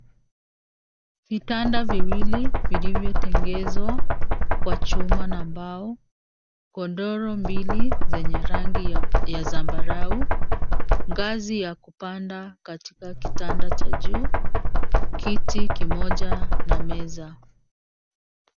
Vitanda viwili vilivyo tengenezwa kwa chuma na mbao, godoro mbili zenye rangi ya zambarau, ngazi ya kupanda katika kitanda cha juu, kiti kimoja na meza.